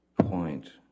point